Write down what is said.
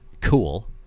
cool